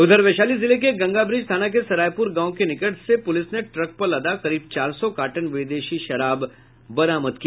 उधर वैशाली जिले के गंगाब्रिज थाना के सरायुपर गांव के निकट से पुलिस ने ट्रक पर लदा करीब चार सौ कार्टन विदेशी शराब बरामद किया